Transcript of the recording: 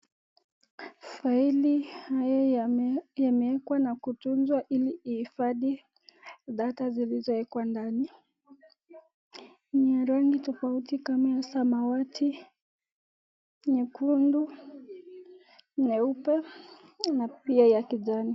Faili haya yamewekwa na kutunzwa ili hifadhi data zilizoekwa ndani. Ni ya rangi tofauti kama ya samawati, nyekundu, nyeupe na pia ya kijani.